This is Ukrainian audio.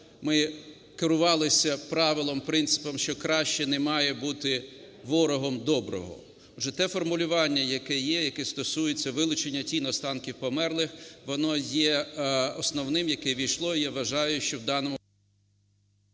ми керувалися правилом і принципом, що краще не має бути ворогом доброго. Отже, те формулювання, яке є, яке стосується вилучення тіл останків померлих, воно є основним, яке ввійшло. І я вважаю, що в даному…